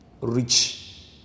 rich